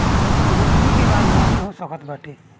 जोतनी के बादे बोअनी हो सकत बाटे